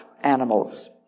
animals